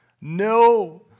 No